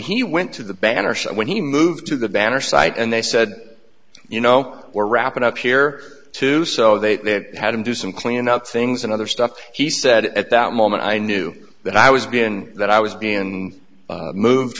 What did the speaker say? he went to the banners and when he moved to the banner site and they said you know we're wrapping up here too so they had him do some cleanup things and other stuff he said at that moment i knew that i was being that i was being move